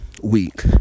Week